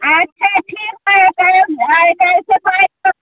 अच्छा ठीक अछि तऽ आइ काल्हि तऽ कोइ